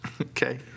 Okay